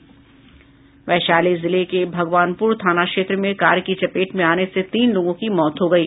वैशाली जिले के भगवानपुर थाना क्षेत्र में कार की चपेट में आने से तीन लोगों की मौत हो गयी